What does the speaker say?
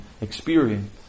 experience